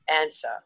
answer